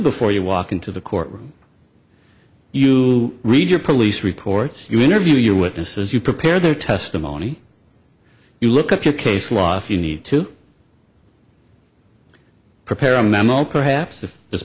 before you walk into the courtroom you read your police reports you interview your witnesses you prepare their testimony you look at your case law if you need to prepare a memo perhaps if this